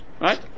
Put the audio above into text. Right